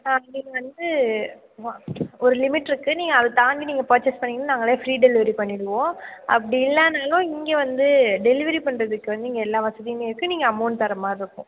ஆ நீங்கள் வந்து பா ஒரு லிமிட் இருக்கு அதை தாண்டி நீங்கள் பர்ச்சேஸ் பண்ணிங்கன்னா நாங்களே ஃபிரீ டெலிவரி பண்ணிவிடுவோம் அப்படி இல்லைனாலும் இங்கே வந்து டெலிவரி பண்ணுறதுக்கு வந்து இங்கே எல்லா வசதியுமே இருக்கு நீங்கள் அமௌன்ட் தரமாதிரி இருக்கும்